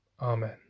amen